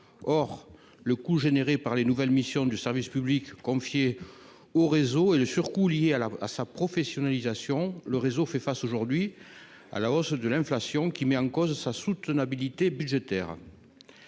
or le coût généré par les nouvelles missions du service public confiée au réseau et le surcoût lié à la à sa professionnalisation le réseau fait face aujourd'hui à la hausse de l'inflation, qui met en cause sa soutenabilité budgétaire